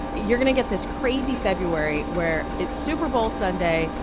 you're going to get this crazy february where it's super bowl sunday,